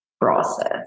process